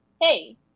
hey